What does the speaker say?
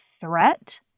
threat